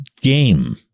game